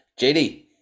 JD